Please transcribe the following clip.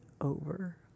over